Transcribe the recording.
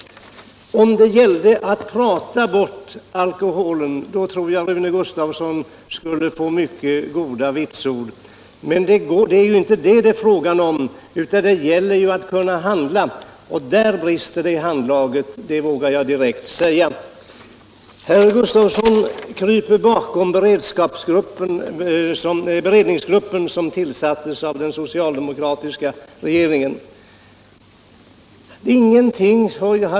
Om det gällde att prata bort alkoholen tror jag att Rune Gustavsson skulle få mycket goda vitsord, men det är inte det det är fråga om. Det gäller ju att kunna handla, och där brister det i handlaget; det vågar jag direkt säga. Herr Gustavsson kryper bakom beredningsgruppen, som tillsattes av den socialdemokratiska regeringen.